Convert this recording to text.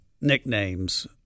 nicknames